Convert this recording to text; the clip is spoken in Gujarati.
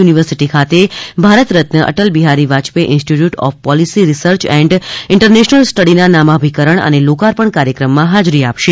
યુનિવર્સીટી ખાતે Bharat Ratna Atal Bihari Vajpayee institute of policy research and international સ્ટડીના નામાભિકરણ અને લોકાર્પણ કાર્યક્રમમાં હાજરી આપશે